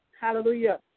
Hallelujah